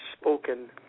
spoken